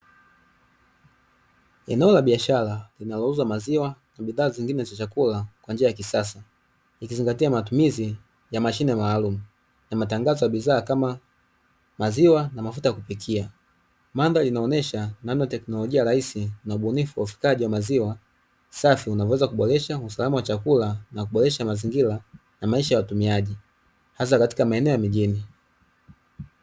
Eneo la biashara linalo uza maziwa na bidhaa nyingine za chakula kwanjia ya kisasa ikizingatia matumizi ya mashine ya maalumu ya matangazo za bidhaa kama maziwa na mafuta ya kupikia. Inaonyesha namna teknolojia rahisi na Ubunifu wa ufikaji wa maziwa safi unavoweza kuboresha usalama wa chakula na kuboresha mazingira kwa watumiaji hasa katika maeno ya mjini.